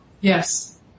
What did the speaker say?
Yes